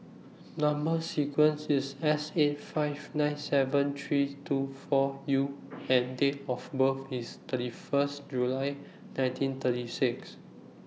Number sequence IS S eight five nine seven three two four U and Date of birth IS thirty First July nineteen thirty six